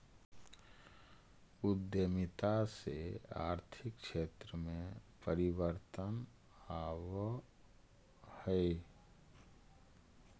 उद्यमिता से आर्थिक क्षेत्र में परिवर्तन आवऽ हई